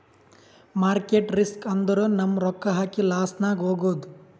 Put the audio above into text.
market risk ಅಂದುರ್ ನಮ್ ರೊಕ್ಕಾ ಹಾಕಿ ಲಾಸ್ನಾಗ್ ಹೋಗದ್